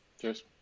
Cheers